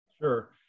Sure